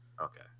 Okay